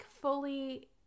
fully